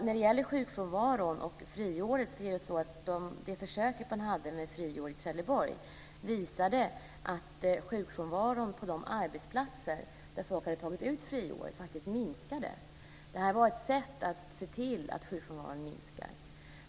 När det gäller sjukfrånvaron och friåret visade försöket i Trelleborg att sjukfrånvaron på de arbetsplatser där folk hade tagit ut friår faktiskt minskade. Det här är ett sätt att se till att sjukfrånvaron minskar.